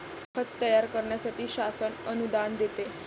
खत तयार करण्यासाठी शासन अनुदान देते